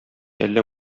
әллә